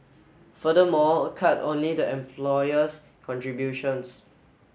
furthermore cut only the employer's contributions